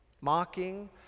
mocking